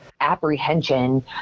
apprehension